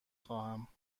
خواهم